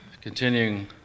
continuing